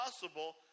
possible